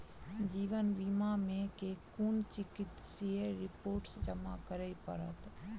जीवन बीमा मे केँ कुन चिकित्सीय रिपोर्टस जमा करै पड़त?